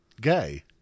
gay